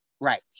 Right